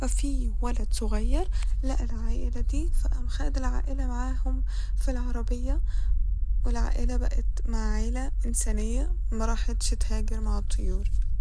ف في ولد صغير لقى العائلة دي ف قام خد العائلة معاهم ف العربية والعائلة بقت مع عيلة انسانية مراحتش تهاجر مع الطيور